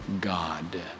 God